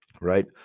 right